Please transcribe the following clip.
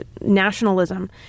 nationalism